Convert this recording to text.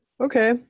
Okay